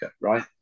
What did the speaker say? right